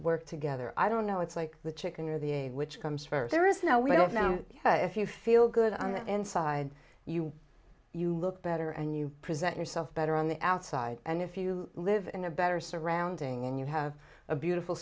work together i don't know it's like the chicken or the a which comes first there is no we don't know if you feel good inside you you look better and you present yourself better on the outside and if you live in a better surrounding and you have a beautiful